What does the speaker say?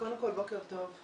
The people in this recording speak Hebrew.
קודם כול בוקר טוב.